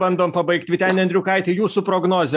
bandom pabaigt vyteni andriukaiti jūsų prognozė